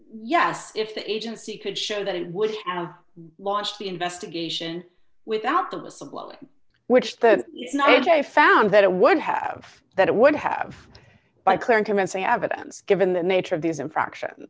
yes if the agency could show that it would have launched the investigation without the whistleblower which that is not a found that it would have that it would have by clear and convincing evidence given the nature of these infraction